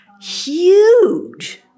Huge